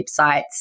websites